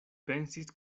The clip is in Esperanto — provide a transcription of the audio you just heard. pensis